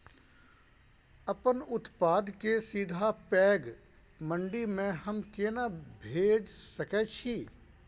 अपन उत्पाद के सीधा पैघ मंडी में हम केना भेज सकै छी?